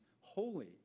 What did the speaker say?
holy